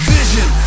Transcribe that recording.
Vision